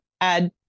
add